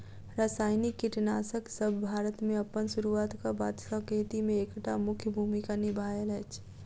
रासायनिक कीटनासकसब भारत मे अप्पन सुरुआत क बाद सँ खेती मे एक टा मुख्य भूमिका निभायल अछि